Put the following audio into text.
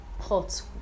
hot